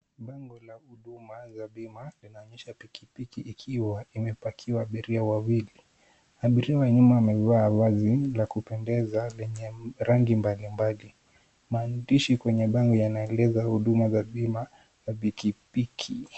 Bango la huduma za bima linaonyesha pikipiki ikiwa imepakiwa mbele ya abiria wawili. Abiria wa nyuma amevaa vazi la kupendeza lenye rangi mbalimbali. Maandishi kwenye bango yanaeleza huduma za bima za pikipiki.